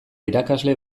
irakasle